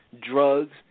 drugs